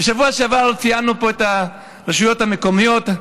בשבוע שעבר ציינו פה את הרשויות המקומיות,